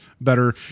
better